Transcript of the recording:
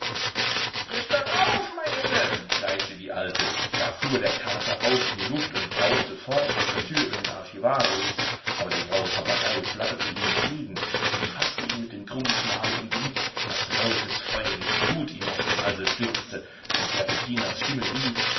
frisch darauf mein junge kreischte die alte da fuhr der kater auf in die luft und brauste fort nach der tür über den archivarius aber der graue papagei flatterte ihm entgegen und faßte ihn mit dem krummen schnabel im genick daß rotes feuriges blut ihm aus dem halse stürzte und serpentinas stimme rief